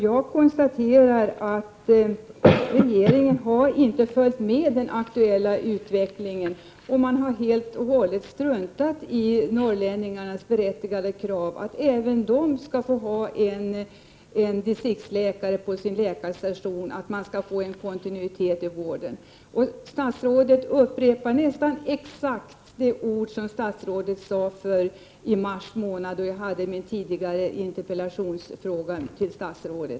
Jag konstaterar att regeringen inte har följt med den aktuella utvecklingen, utan helt och hållet har struntat i norrlänningarnas berättigade krav på att även de skall få ha en distriktsläkare på sin läkarstation och få kontinuitet i vården. Statsrådet upprepar nästan exakt de ord som hon använde i mars månad då jag framställde min tidigare interpellation till henne.